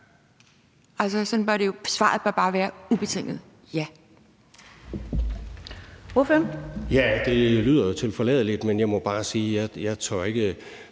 Svaret bør bare være ubetinget